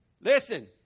Listen